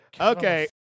Okay